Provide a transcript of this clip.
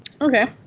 Okay